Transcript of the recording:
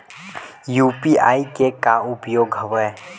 UPI के का उपयोग हवय?